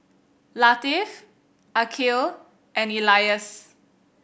Latif Aqil and Elyas